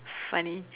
funny